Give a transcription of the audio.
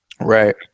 Right